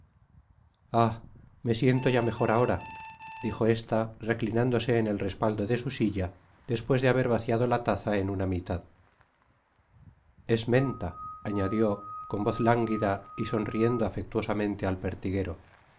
me siento ya mejor ahora dijo ésta reclinándose en el respaldo de su silla despues de haber vaciado la taza en una mitad es menta añadió con voz lánguida y sonriendo afectuosamente al pertiguero